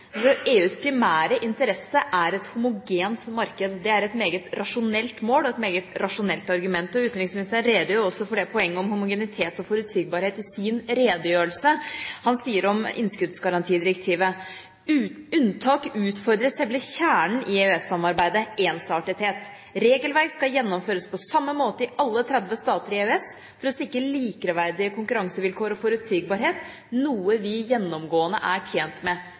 EUs primære interesse er et homogent marked. Det er et meget rasjonelt mål og et meget rasjonelt argument. Utenriksministeren redegjorde også for det poenget om homogenitet og forutsigbarhet i sin redegjørelse. Han sier om innskuddsgarantidirektivet: «Unntak utfordrer selve kjernen i EØS-samarbeidet: ensartethet. Regelverk skal gjennomføres på samme måte i alle 30 stater i EØS for å sikre likeverdige konkurransevilkår og forutsigbarhet, noe vi gjennomgående er tjent med.»